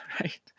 right